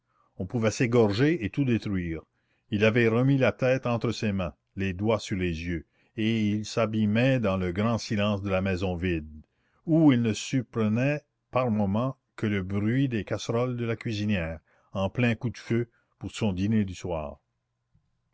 on pouvait s'égorger et tout détruire il avait remis la tête entre ses mains les doigts sur les yeux et il s'abîmait dans le grand silence de la maison vide où il ne surprenait par moments que le bruit des casseroles de la cuisinière en plein coup de feu pour son dîner du soir